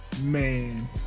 Man